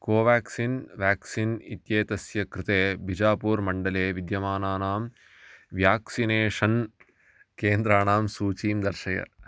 Covaxin vaccine इत्येतस्य कृते बीजपुरमण्डले विद्यमानानां व्याक्सिनेषन् केन्द्राणां सूचीं दर्शय